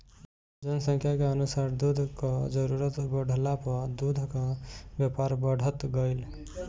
जनसंख्या के अनुसार दूध कअ जरूरत बढ़ला पअ दूध कअ व्यापार बढ़त गइल